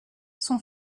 son